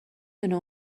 دونه